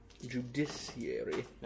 Judiciary